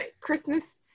Christmas